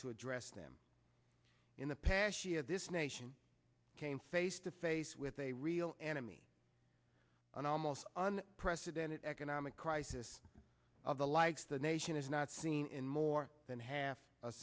to address them in the past year this nation came face to face with a real enemy an almost on president economic crisis of the likes the nation has not seen in more than half a